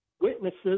witnesses